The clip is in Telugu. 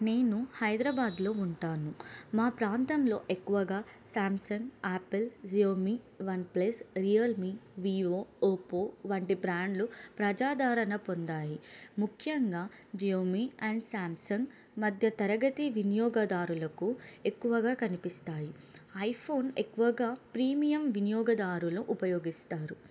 నేను హైదరాబాద్లో ఉంటాను మా ప్రాంతంలో ఎక్కువగా Samsung Apple Xiaomi OnePlus Realme Vivo Oppo వంటి బ్రాండ్లు ప్రజాదారణ పొందాయి ముఖ్యంగా జియోమీ అండ్ శాంసంగ్ మధ్య తరగతి వినియోగదారులకు ఎక్కువగా కనిపిస్తాయి ఐఫోన్ ఎక్కువగా ప్రీమియం వినియోగదారులు ఉపయోగిస్తారు